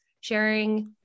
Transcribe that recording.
sharing